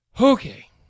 Okay